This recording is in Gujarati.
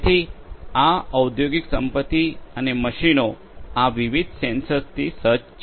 તેથી આ ઔદ્યોગિક સંપત્તિ અને મશીનો આ વિવિધ સેન્સરથી સજ્જ છે